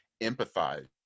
empathize